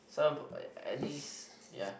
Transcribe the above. some at least ya